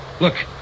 Look